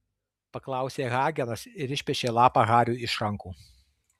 paklausė hagenas ir išpešė lapą hariui iš rankų